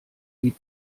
die